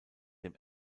dem